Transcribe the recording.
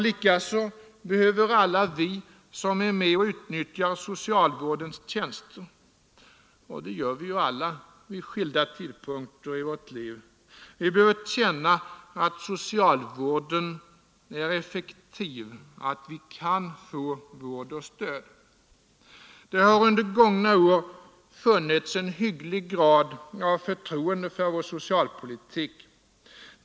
Likaså behöver alla vi som är med och utnyttjar socialvårdens tjänster — och det gör vi alla vid skilda tidpunkter i vårt liv — känna att socialvården är effektiv, att vi kan få vård och stöd. Det har under gångna år funnits en hygglig grad av förtroende för vår socialpolitik.